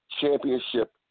championship